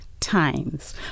Times